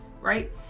right